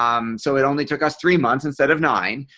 um so it only took us three months instead of nine.